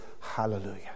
Hallelujah